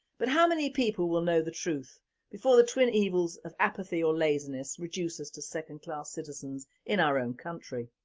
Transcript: but how many people will know the truth before the twin evils of apathy or laziness reduce us to second class citizens in our own country?